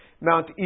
Mount